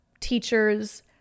teachers